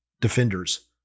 defenders